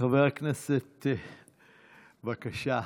חבר הכנסת, בבקשה.